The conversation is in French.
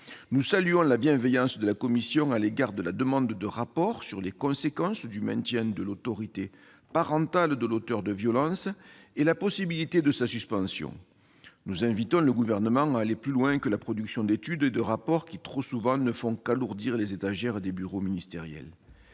Nous saluons la bienveillance de la commission à l'égard de la demande de rapport sur les conséquences du maintien de l'autorité parentale de l'auteur de violence et la possibilité de sa suspension. Nous invitons le Gouvernement à aller plus loin que la production d'études et de rapports qui, trop souvent, ne font qu'alourdir les étagères des bureaux ministériels.